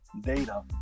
data